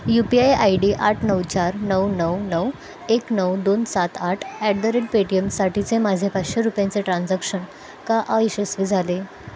you P I I D आठ नऊ चार नऊ नऊ नऊ एक नऊ दोन सात आठ ॲट द रेट पेटीएमसाठीचे माझे पाचशे रुपयांचे ट्रान्झॅक्शन का अयशस्वी झाले